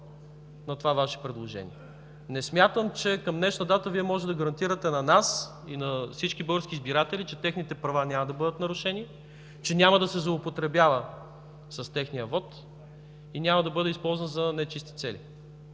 „против” Вашето предложение. Не смятам, че към днешна дата Вие можете да гарантирате на нас и на всички български избиратели, че техните права няма да бъдат нарушени, че няма да се злоупотребява с техния вот и няма да бъде използван за нечисти цели.